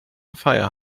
fire